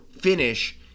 finish